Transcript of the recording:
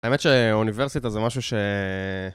האמת שהאוניברסיטה זה משהו ש...